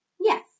Yes